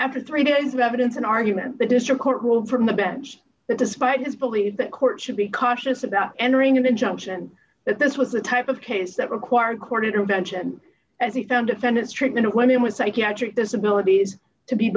after three days of evidence an argument the district court will permit bench that despite its belief the court should be cautious about entering an injunction that this was the type of case that required court intervention as he found defendant's treatment of women with psychiatric disabilities to be